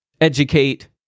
educate